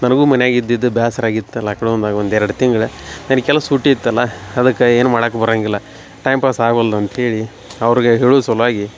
ನನಗೂ ಮನ್ಯಾಗ ಇದ್ದು ಇದ್ದು ಬ್ಯಾಸ್ರ ಆಗಿತ್ತ ಲಾಕ್ಡೌನ್ದಾಗ ಒಂದು ಎರಡು ತಿಂಗ್ಳು ನನ್ನ ಕೆಲಸ ಸುಟ್ಟಿ ಇತ್ತಲ್ಲ ಅದಕ್ಕೆ ಏನು ಮಾಡಾಕೆ ಬರಂಗಿಲ್ಲ ಟೈಮ್ ಪಾಸ್ ಆಗೊಲ್ದ ಅಂತ್ಹೇಳಿ ಅವ್ರ್ಗೆ ಹೇಳು ಸಲುವಾಗಿ